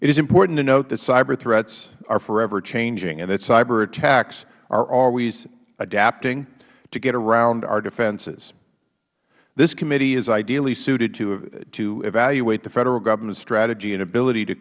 it is important to note that cyber threats are forever changing and that cyber attacks are always adapting to get around our defenses this committee is ideally suited to evaluate the federal government's strategy and ability to